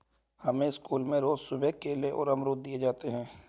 हमें स्कूल में रोज सुबह केले और अमरुद दिए जाते थे